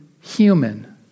human